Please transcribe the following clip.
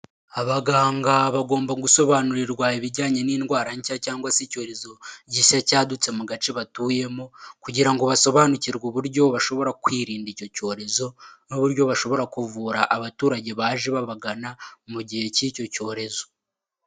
Abaganga bagomba gusobanurirwa ibijyanye n'indwara nshya cyangwa se icyorezo gishya cyadutse mu gace batuyemo, kugira ngo basobanukirwe uburyo bashobora kwirinda icyo cyorezo n'uburyo bashobora kuvura abaturage baje babagana mu gihe k'icyo cyorezo.